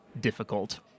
difficult